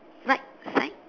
right side